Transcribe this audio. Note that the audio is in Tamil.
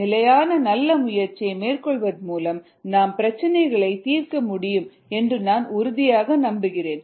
நிலையான நல்ல முயற்சியை மேற்கொள்வதன் மூலம் நாம் பிரச்சினைகளை தீர்க்க முடியும் என்று நான் உறுதியாக நம்புகிறேன்